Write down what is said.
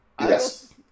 Yes